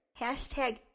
hashtag